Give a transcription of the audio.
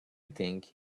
think